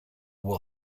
will